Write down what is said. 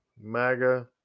MAGA